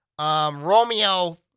Romeo